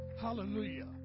Hallelujah